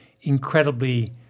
incredibly